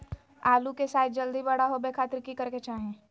आलू के साइज जल्दी बड़ा होबे खातिर की करे के चाही?